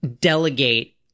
delegate